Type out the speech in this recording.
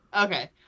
okay